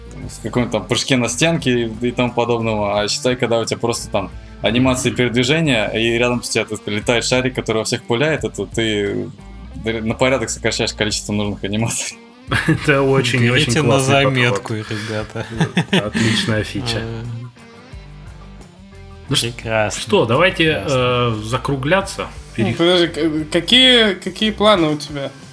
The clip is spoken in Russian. в каком-то там прыжке на стенке и- и тому подобного. А считай, когда у тебя просто там анимации передвижения, и рядом с тебя, т- т- летает шарик, который во всех пуляет, это ты, э, на порядок сокращаешь количество нужных анимаций. Это очень и Берите очень на классный подход. заметку, ребята. Это отличная фича. Ну что- Прекрасно, что, давайте, прекрасно. э, закругляться. Ну, Перех- подожди, к- э, какие- какие планы у тебя?